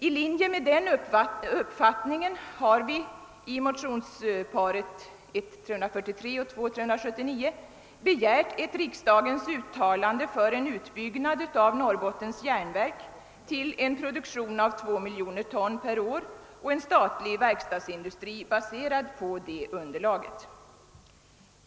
I linje med denna uppfattning har vi i motionsparet I: 343 och II: 379 begärt ett riksdagens uttalande för en utbyggnad av Norrbottens järnverk till en produktion av 2 miljoner ton per år och en statlig verkstadsindustri baserad på detta underlag.